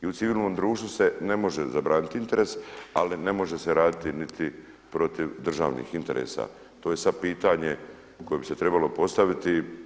I u civilnom društvu se ne može zabraniti interes, ali ne može se raditi niti protiv državnih interesa, to je sada pitanje koje bi se trebalo postaviti.